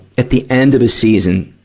at the end of a season,